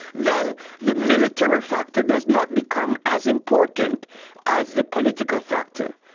then the military factor does not become as important as the political factor.